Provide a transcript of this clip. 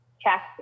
check